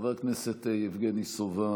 חבר הכנסת יבגני סובה,